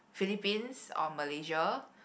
Philippines or Malaysia